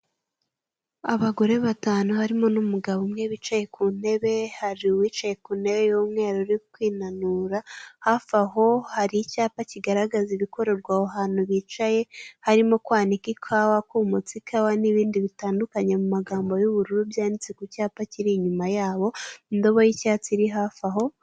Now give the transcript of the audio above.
Abagore batanu harimo n'umugabo umwe bicaye ku ntebe, hari uwicaye ku ntebe y'umweru uri kwinanura hafi aho hari icyapa kigaragaza ibikorerwa aho hantu bicaye harimo kwanika ikawa, kumutsa ikawa n'ibindi bitandukanye mu magambo y'ubururu byanditse ku cyapa kiri inyuma yabo n'indobo y'icyatsi iri hafi aho.